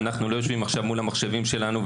ואנחנו לא יושבים עכשיו מול המחשבים שלנו,